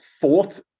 fourth